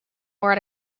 more